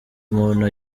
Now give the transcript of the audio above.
muntu